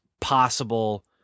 possible